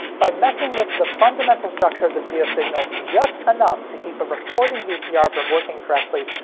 by messing with the fundamental structure of the video signal just enough to keep a recording vcr from working correctly,